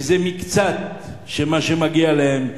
וזה מקצת ממה שמגיע להם,